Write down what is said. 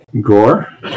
Gore